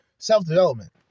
Self-development